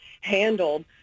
handled